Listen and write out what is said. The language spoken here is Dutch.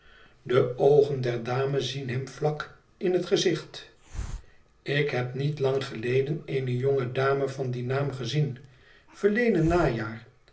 de oogen der dame zien hem vlak in het gezicht ik heb niet lang geleden eene jonge dame van dien naam gezien verleden najaar